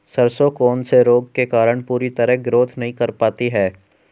सरसों कौन से रोग के कारण पूरी तरह ग्रोथ नहीं कर पाती है?